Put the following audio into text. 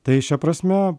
tai šia prasme